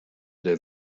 der